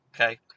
okay